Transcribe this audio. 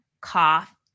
cough